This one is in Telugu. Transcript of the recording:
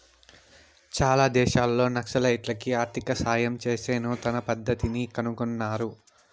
చాలా దేశాల్లో నక్సలైట్లకి ఆర్థిక సాయం చేసే నూతన పద్దతిని కనుగొన్నారు